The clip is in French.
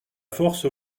force